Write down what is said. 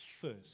first